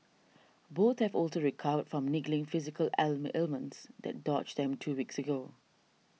both have also recovered from niggling physical ailments that dogged them two weeks ago